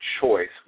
choice